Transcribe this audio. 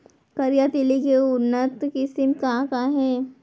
करिया तिलि के उन्नत किसिम का का हे?